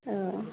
औ